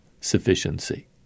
sufficiency